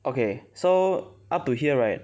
okay so up to here right